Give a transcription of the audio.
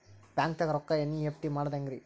ಬ್ಯಾಂಕ್ದಾಗ ರೊಕ್ಕ ಎನ್.ಇ.ಎಫ್.ಟಿ ಮಾಡದ ಹೆಂಗ್ರಿ?